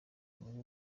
umwe